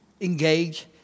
engage